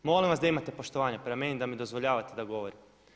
Molim vas da imate poštovanja prema meni i da mi dozvoljavate da govorim.